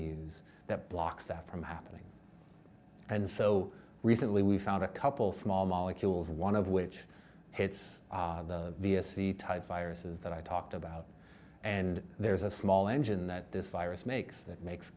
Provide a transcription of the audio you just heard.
use that blocks that from happening and so recently we found a couple small molecules one of which hits the v s e type viruses that i talked about and there's a small engine that this virus makes that makes